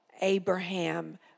Abraham